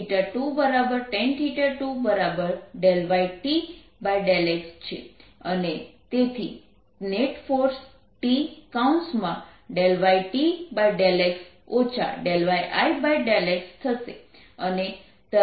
એ જ રીતે 2tan 2yT∂x છે અને તેથી net force T yT∂x yI∂x થશે